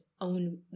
own